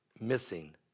missing